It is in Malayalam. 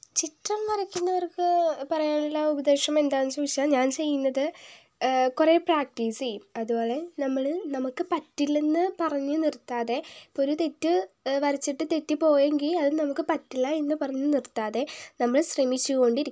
ചിത്രം വരയ്ക്കുന്നവർക്ക് പറയാനുള്ള ഉപദേശം എന്താണെന്നു ചോദിച്ചാൽ ഞാൻ ചെയ്യുന്നത് കുറേ പ്രാക്ടീസ് ചെയ്യും അതുപോലെ നമ്മൾ നമുക്ക് പറ്റില്ലെന്നു പറഞ്ഞ് നിർത്താതെ ഒരു തെറ്റ് വരച്ചിട്ട് തെറ്റിപ്പോയെങ്കിൽ അത് നമുക്ക് പറ്റില്ലായെന്നു പറഞ്ഞ് നിർത്താതെ നമ്മൾ ശ്രമിച്ചുകൊണ്ടിരിക്കണം